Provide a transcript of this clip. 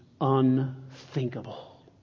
unthinkable